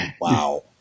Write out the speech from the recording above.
wow